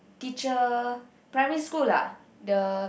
teacher primary school lah the